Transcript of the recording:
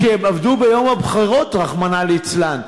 כי הם עבדו ביום הבחירות, רחמנא ליצלן.